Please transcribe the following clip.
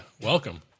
welcome